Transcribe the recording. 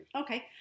Okay